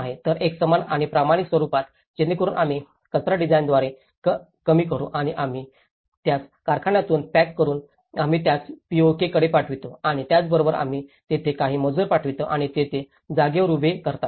तर एकसमान आणि प्रमाणित स्वरूपात जेणेकरून आम्ही कचरा डिझाइनद्वारे कमी करू आणि आम्ही त्यास कारखान्यातून पॅक करू आम्ही त्यास पीओकेकडे पाठवतो आणि त्याचबरोबर आम्ही तिथे काही मजूर पाठवतो आणि ते ते जागेवर उभे करतात